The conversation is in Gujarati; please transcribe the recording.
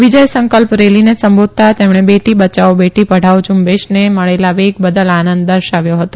વિજય સંકલ્પ રેલીને સંબોધતા તેમણે બેટી બયાવો બેટી પઢાવો ઝુંબેશને મળેલા વેગ બદલ આનંદ દર્શાવ્યો હતો